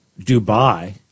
Dubai